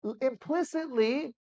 implicitly